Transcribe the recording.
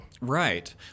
Right